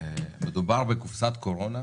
מדובר בקופסת קורונה.